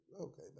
Okay